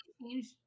changed